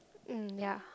mm ya